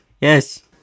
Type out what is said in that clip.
Yes